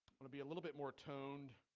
would be a little bit more term and